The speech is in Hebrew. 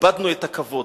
איבדנו את הכבוד.